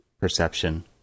perception